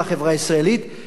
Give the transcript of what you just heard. וצר לי על החברה הערבית,